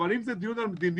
אבל אם זה דיון על מדיניות,